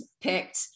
picked